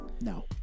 No